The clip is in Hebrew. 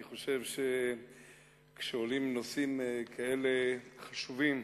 אני חושב שכשעולים נושאים כאלה חשובים,